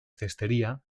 cestería